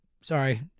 sorry